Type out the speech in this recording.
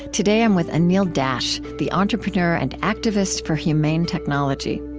today, i'm with anil dash, the entrepreneur and activist for humane technology